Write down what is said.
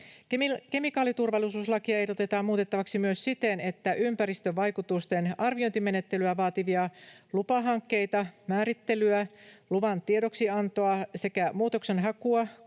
Kemikaaliturvallisuuslakia ehdotetaan muutettavaksi myös siten, että ympäristövaikutusten arviointimenettelyä vaativia lupahankkeita, määrittelyjä, luvan tiedoksiantoa sekä muutoksenhakua